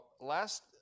last